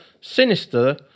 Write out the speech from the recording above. sinister